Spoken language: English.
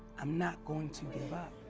i'm not going to give up.